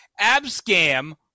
Abscam